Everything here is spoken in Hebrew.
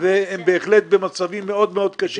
והם בהחלט במצבים מאוד מאוד קשים.